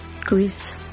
Greece